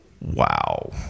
wow